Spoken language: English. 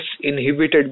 inhibited